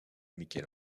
michel